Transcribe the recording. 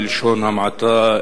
בלשון המעטה,